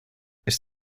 ist